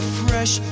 fresh